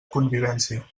convivència